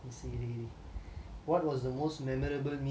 what was the most memorable meal you ever had